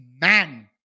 man